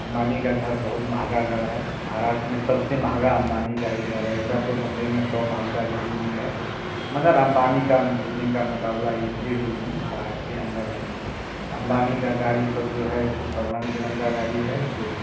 अम्बानी का घर बहुत महँगा घर है महाराष्ट में सबसे महँगा अम्बानी का ही घर है ऐसा तो बम्बई में सौ महल का भी बिल्डिंग है मगर अम्बानी का बिल्डिंग मुकाबला एक भी बिल्डिंग महाराष्ट्र के अन्दर नहीं है अम्बानी का घर गाड़ी सब जो है सो सब रंग बिरंगा गाड़ी है जो